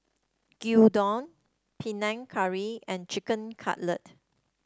Gyudon Panang Curry and Chicken Cutlet